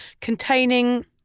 containing